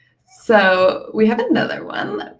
so, we have another one.